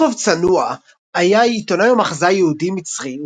יעקוב צנוע היה עיתונאי ומחזאי יהודי מצרי